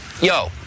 Yo